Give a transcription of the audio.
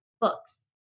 books